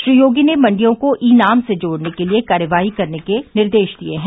श्री योगी ने मंडियों को ई नाम से जोडने के लिए कार्यवाही करने के निर्देश दिए हैं